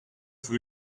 town